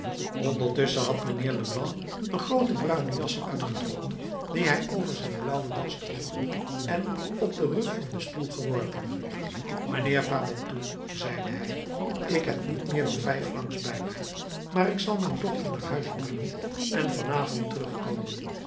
ondertusschen had mijnheer leblanc een groote bruine jas uitgetrokken die hij over zijn blauwe jas droeg en op den rug van den stoel geworpen mijnheer fabantou zeide hij ik heb niet meer dan vijf francs bij mij maar ik zal mijn dochter naar huis brengen en van avond terugkomen